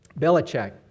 Belichick